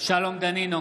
שלום דנינו,